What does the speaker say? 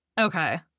Okay